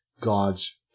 gods